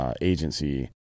agency